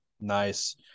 Nice